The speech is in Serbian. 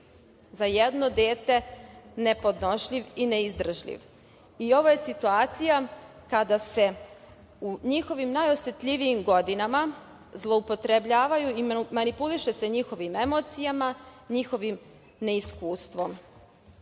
za jedno dete nepodnošljiv i neizdržljiv. Ovo je situacija kada se u njihovim najosetljivijim godinama zloupotrebljavaju i manipuliše se njihovim emocijama, njihovim neiskustvom. Iz